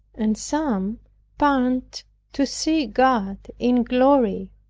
and some pant to see god in glory.